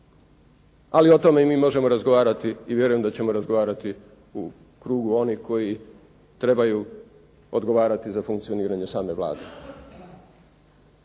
Ali o tome i mi možemo razgovarati i vjerujem da ćemo razgovarati u krugu onih koji trebaju odgovarati za funkcioniranje same Vlade.